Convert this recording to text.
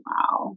Wow